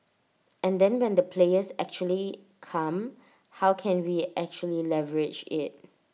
and then when the players actually come how can we actually leverage IT